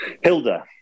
Hilda